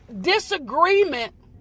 disagreement